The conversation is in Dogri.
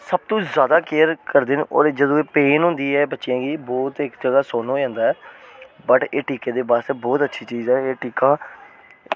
सब तू जादै केयर करदे न अदूं दी बच्चें गी पेन होंदी ऐ इक्क जगह बच्चें दा सुन्न होई जंदा ऐ बट् एह् टीके दी बहुत अच्छी चीज़ ऐ कि एह् टीका